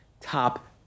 top